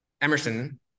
Emerson